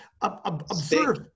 observe